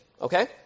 Okay